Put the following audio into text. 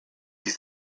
you